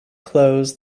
close